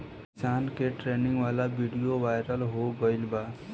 किसान के ट्रेनिंग वाला विडीओ वायरल हो गईल बा